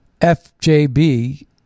FJB